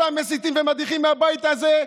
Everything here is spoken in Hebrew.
אותם מסיתים ומדיחים מהבית הזה,